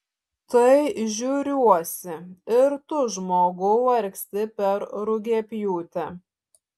tai žiūriuosi ir tu žmogau vargsti per rugiapjūtę